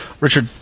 Richard